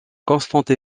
constante